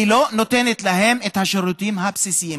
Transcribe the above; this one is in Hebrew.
היא לא נותנת להם את השירותים הבסיסיים.